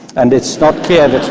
and it's not